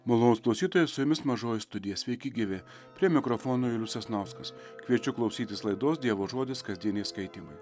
malonūs klausytojai su jumis mažoji studija sveiki gyvi prie mikrofono julius sasnauskas kviečia klausytis laidos dievo žodis kasdieniai skaitymai